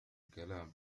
الكلام